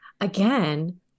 Again